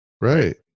Right